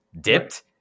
dipped